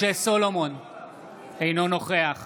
אינו נוכח